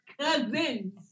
Cousins